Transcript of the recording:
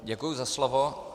Děkuji za slovo.